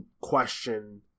question